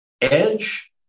edge